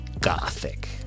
gothic